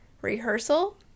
rehearsal